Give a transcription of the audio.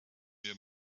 your